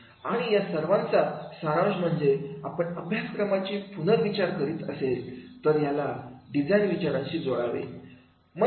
आणि या सर्वांचा सारांश म्हणजे आपण अभ्यासक्रमाची पुनर्विचार करत असेल तर याला डिझाईन विचारांशी जोडावे